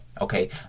okay